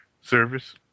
service